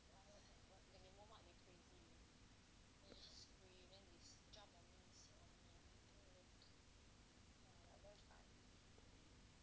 (uh huh)